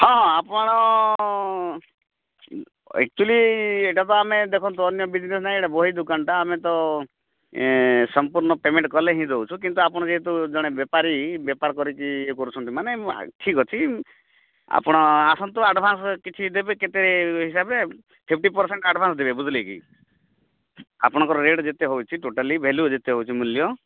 ହଁ ହଁ ଆପଣ ଏକ୍ଚୌଲି ଏଇଟା ତ ଆମେ ଦେଖନ୍ତୁ ଅନ୍ୟ ବିଜ୍ନେସ୍ ନାହିଁ ଏଇଟା ବହି ଦୋକାନ୍ଟା ଆମେ ତ ଏ ସମ୍ପୂର୍ଣ୍ଣ ପେମେଣ୍ଟ୍ କଲେ ହିଁ ଦେଉଛୁ କିନ୍ତୁ ଆପଣ ଯେହେତୁ ଜଣେ ବେପାରୀ ବେପାର କରିକି ଇଏ କରୁଛନ୍ତି ମାନେ ଠିକ୍ ଅଛି ଆପଣ ଆସନ୍ତୁ ଆଡ଼ଭାନ୍ସ୍ କିଛି ଦେବେ କେତେ ହିସାବରେ ଫିପ୍ଟି ପର୍ସେଣ୍ଟ୍ ଆଡ଼ଭାନ୍ସ୍ ଦେବେ ବୁଝିଲେ କି ଆପଣଙ୍କର ରେଟ୍ ଯେତେ ହେଉଛି ଟୋଟାଲି ଭେଲ୍ୟୁ ଯେତେ ହେଉଛି ମୂଲ୍ୟ